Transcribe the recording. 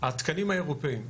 התקנים האירופאיים,